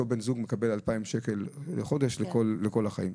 בן זוג מקבל 2,000 שקל לחודש לכל החיים,